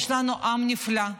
יש לנו עם נפלא,